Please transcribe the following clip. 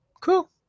Cool